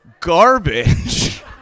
garbage